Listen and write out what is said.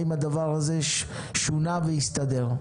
האם הדבר הזה שונה והסתדר?